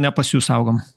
ne pas jus saugom